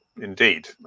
indeed